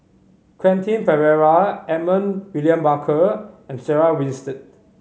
Quentin Pereira Edmund William Barker and Sarah Winstedt